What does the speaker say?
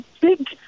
big